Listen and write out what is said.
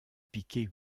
piquer